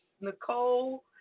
Nicole